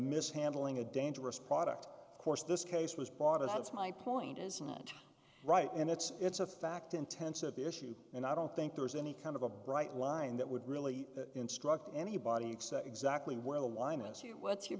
mis handling a dangerous product of course this case was bought as it's my point isn't right and it's it's a fact intensive issue and i don't think there is any kind of a bright line that would really instruct anybody except exactly where the line is what's your